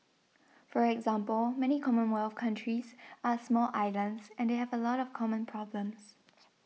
for example many commonwealth countries are small islands and they have a lot of common problems